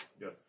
Yes